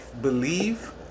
believe